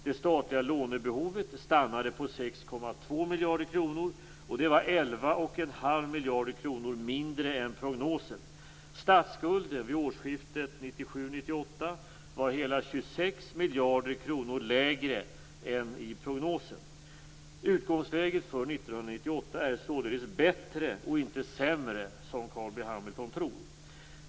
Det statliga lånebehovet stannade på 6,2 miljarder kronor, vilket var Statsskulden vid årsskiftet 1997/98 var hela 26 miljarder kronor lägre än i prognosen. Utgångsläget för 1998 är således bättre och inte sämre som Carl B Hamilton tror.